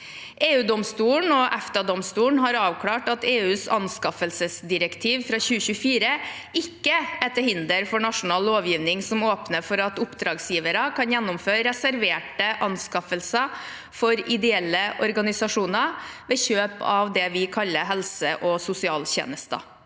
EU-domstolen og EFTA-domstolen har avklart at EUs anskaffelsesdirektiv fra 2024 ikke er til hinder for nasjonal lovgivning som åpner for at oppdragsgivere kan gjennomføre reserverte anskaffelser for ideelle organisasjoner ved kjøp av det vi kaller helse- og sosialtjenester.